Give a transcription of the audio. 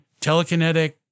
telekinetic